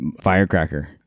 firecracker